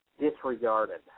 disregarded